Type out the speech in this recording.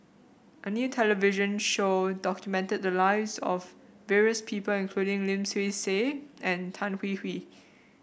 a new television show documented the lives of various people including Lim Swee Say and Tan Hwee Hwee